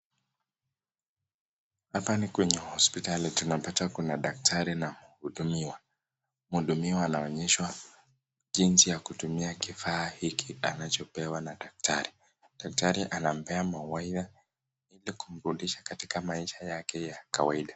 Hapa ni kwenye hospitali. Tunapata kuna daktari na mhudumiwa. Mhudumiwa anaonyeshwa jinsi ya kutumia kifaa hiki anachopewa na daktari. Daktari anampea mawaidha ili kumrudisha katika maisha yake ya kawaida.